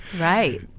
Right